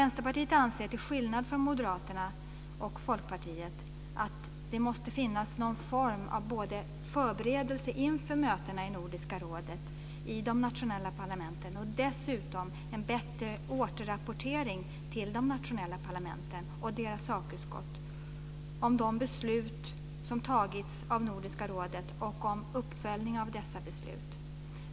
Vänsterpartiet anser till skillnad från Moderaterna och Folkpartiet att det måste skapas någon form av förberedelse i de nationella parlamenten av mötena i Nordiska rådet och dessutom en bättre återrapportering till de nationella parlamenten och deras fackutskott av de beslut som tagits av Nordiska rådet och av uppföljningen av dessa beslut.